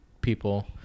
people